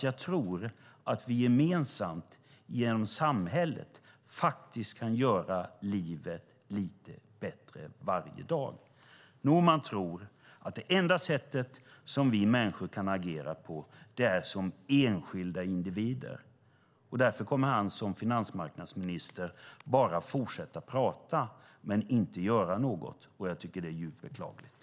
Jag tror att vi gemensamt med hjälp av samhället faktiskt kan göra livet lite bättre varje dag. Norman tror att det enda sättet som vi människor kan agera på är som enskilda individer. Därför kommer han som finansmarknadsminister att bara fortsätta prata men inte göra något. Det är djupt beklagligt.